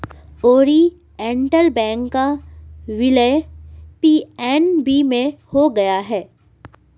Oriental Bank का विलय PNB में हो गया है